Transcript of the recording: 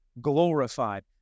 glorified